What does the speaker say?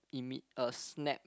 imme~ a snap